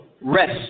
rest